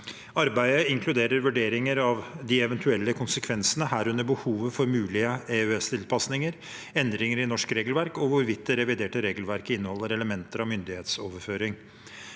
Arbeidet inkluderer vurderinger av de eventuelle konsekvensene, herunder behovet for mulige EØS-tilpasninger, endringer i norsk regelverk og hvorvidt det reviderte regelverket inneholder elementer av myndighetsoverføring.